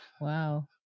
wow